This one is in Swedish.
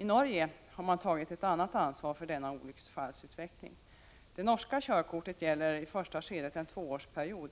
I Norge har man tagit ett annat ansvar inför denna olycksfallsutveckling. Det norska körkortet gäller i ett första skede en tvåårsperiod,